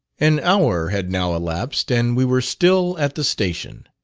an hour had now elapsed, and we were still at the station.